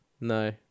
No